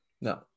no